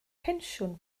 pensiwn